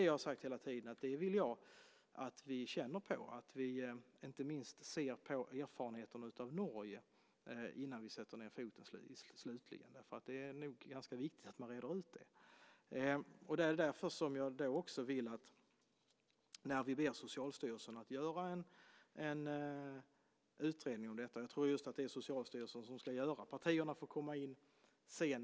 Jag har hela tiden sagt att jag vill att vi känner på det argumentet, inte minst att vi ser på erfarenheten från Norge, innan vi slutligen sätter ned foten. Det är nog ganska viktigt att man reder ut detta. Det är också därför jag vill att Socialstyrelsen gör en utredning om detta. Jag tror också att det är just Socialstyrelsen som ska göra den. Partierna får komma in sedan.